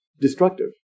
destructive